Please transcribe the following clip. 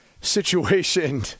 situation